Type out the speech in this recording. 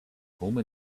pullman